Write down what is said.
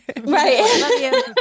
right